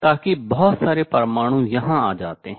ताकि बहुत सारे परमाणु यहाँ आते हैं